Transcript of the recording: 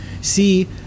see